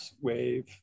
wave